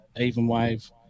Evenwave